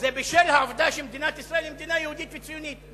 זה בשל העובדה שמדינת ישראל היא מדינה יהודית וציונית,